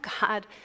God